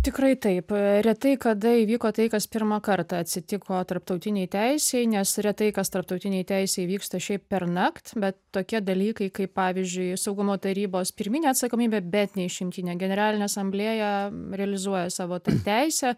tikrai taip retai kada įvyko tai kas pirmą kartą atsitiko tarptautinėj teisėj nes retai kas tarptautinėj teisėj įvyksta šiaip pernakt bet tokie dalykai kaip pavyzdžiui saugumo tarybos pirminė atsakomybė bet neišimtinė generalinė asamblėja realizuoja savo tą teisę